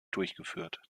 durchgeführt